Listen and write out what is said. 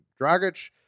Dragic